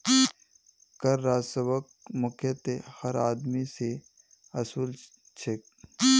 कर राजस्वक मुख्यतयः हर आदमी स वसू ल छेक